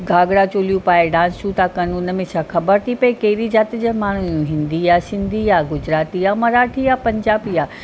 घाघरा चोलियूं पाए डान्सूं था कनि उनमें छा ख़बर थी पए कहिड़ी जाति जा माण्हू आहिनि हिंदी आहे सिंधी आहे गुजराती आहे मराठी आहे पंजाबी आहे